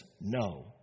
no